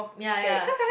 ya ya